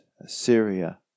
Assyria